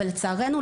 אבל לצערנו,